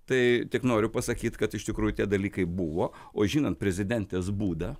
tai tik noriu pasakyt kad iš tikrųjų tie dalykai buvo o žinant prezidentės būdą